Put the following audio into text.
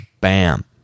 Bam